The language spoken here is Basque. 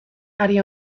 ari